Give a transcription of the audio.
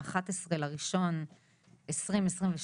ה-11 לינואר 2022,